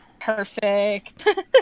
perfect